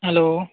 hello